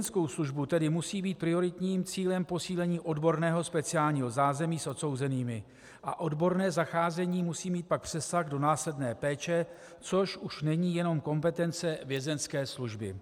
Pro vězeňskou službu tedy musí být prioritním cílem posílení odborného speciálního zázemí s odsouzenými a odborné zacházení musí mít pak přesah do následné péče, což už není jenom kompetence vězeňské služby.